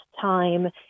time